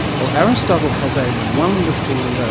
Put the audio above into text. well aristotle has a wonderful